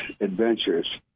adventures